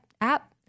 app